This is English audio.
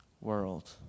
world